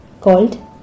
called